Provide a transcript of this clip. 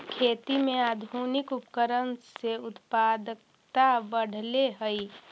खेती में आधुनिक उपकरण से उत्पादकता बढ़ले हइ